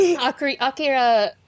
Akira